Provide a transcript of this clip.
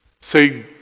Say